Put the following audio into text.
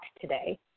today